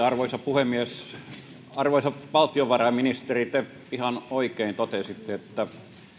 arvoisa puhemies arvoisa valtiovarainministeri te ihan oikein totesitte että